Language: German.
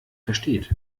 versteht